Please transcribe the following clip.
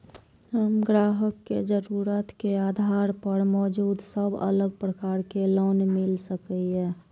हम ग्राहक के जरुरत के आधार पर मौजूद सब अलग प्रकार के लोन मिल सकये?